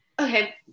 Okay